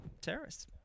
terrorists